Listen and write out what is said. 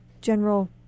general